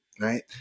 right